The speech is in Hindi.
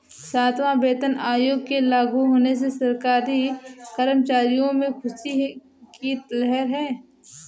सातवां वेतन आयोग के लागू होने से सरकारी कर्मचारियों में ख़ुशी की लहर है